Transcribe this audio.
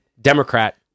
Democrat